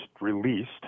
released